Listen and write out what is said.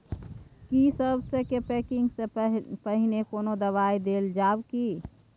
की सबसे के पैकिंग स पहिने कोनो दबाई देल जाव की?